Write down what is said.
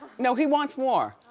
no he wants more.